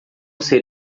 ser